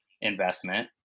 investment